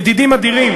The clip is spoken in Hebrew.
ידידים אדירים,